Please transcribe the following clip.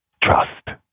trust